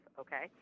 okay